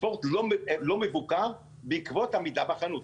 לא מבוקר בעקבות המידה בחנות,